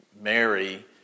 Mary